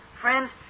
friends